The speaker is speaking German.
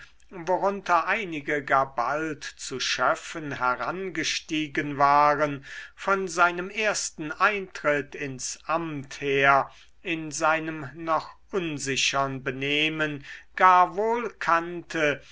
worunter einige gar bald zu schöffen herangestiegen waren von seinem ersten eintritt ins amt her in seinem noch unsichern benehmen gar wohl kannte